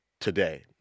today